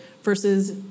versus